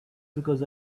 because